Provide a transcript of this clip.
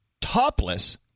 topless